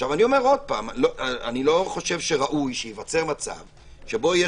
אני לא חושב שראוי שייווצר מצב שבו יש